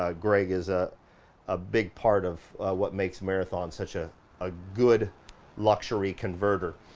ah greg is ah a big part of what makes marathon such a, a good luxury converter.